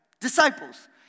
Disciples